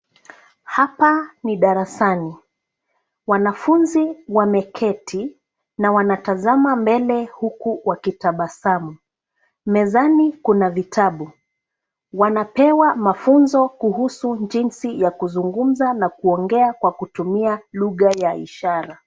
Hapa ni darasani, wanafunzi wameketi na wanatazama mbele huku wakitabasamu. Mezani kuna vitabu. Wanapewa mafunzo kuhusu jinsi ya kuzungumza na kuongea kwa kutumia lugha ya ishara.